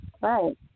Right